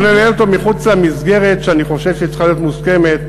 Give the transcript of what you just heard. לא ננהל אותו מחוץ למסגרת שאני חושב שצריכה להיות מוסכמת,